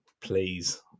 please